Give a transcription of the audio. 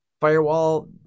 firewall